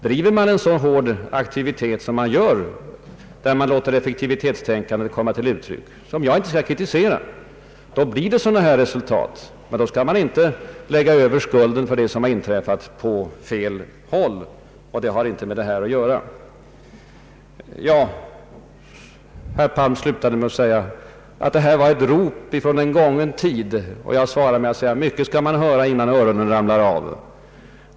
: Driver man en så hård aktivitet som man gör, där man låter effektivitetstänkandet bestämma — vilket jag inte skall kritisera — då blir det sådana här resultat. Men då skall man inte lägga över skulden för det som har inträffat på fel håll. Och det har inte med den fråga vi nu debatterar att göra. Herr Palm slutade med att påstå att vårt förslag ”var ett rop från en gången tid”. Jag svarar med att säga: Mycket skall man höra innan öronen ramlar av!